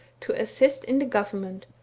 to assist in the government,